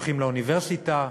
הולכים לאוניברסיטה,